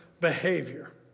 behavior